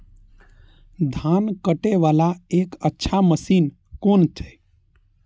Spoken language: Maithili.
धान कटे वाला एक अच्छा मशीन कोन है ते?